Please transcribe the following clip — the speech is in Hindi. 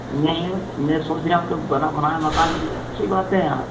नहीं मैं सोच रहा हूँ कि बना बनाया मकान मिल जाए तो अच्छी बात है यार